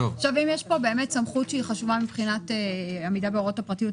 אם יש פה סמכות חשובה מבחינת עמידה בהוראות הפרטיות,